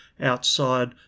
outside